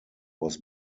was